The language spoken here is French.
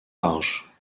large